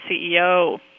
CEO